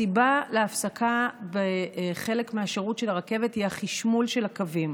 הסיבה להפסקה בחלק מהשירות של הרכבת היא החשמול של הקווים.